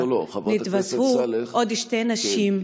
התווספו עוד שתי נשים.